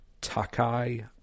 Takai